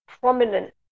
prominent